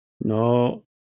No